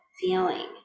feeling